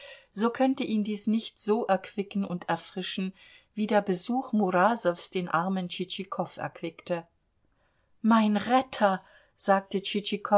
so könnte ihn dies nicht so erquicken und erfrischen wie der besuch murasows den armen tschitschikow erquickte mein retter sagte